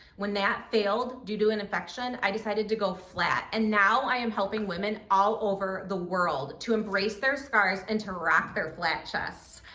when that failed due to an infection, i decided to go flat. and now i am helping women all over the world to embrace their scars and to rock their flat chests.